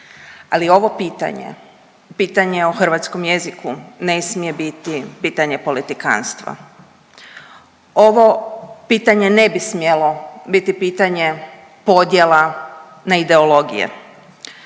ali ovo pitanje, pitanje o hrvatskom jeziku ne smije biti pitanje politikantstva. Ovo pitanje ne bi smjelo biti pitanje podjela na ideologije.